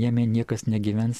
jame niekas negyvens